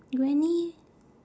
granny